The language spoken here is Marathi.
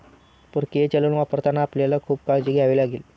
परकीय चलन वापरताना आपल्याला खूप काळजी घ्यावी लागेल